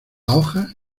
hojas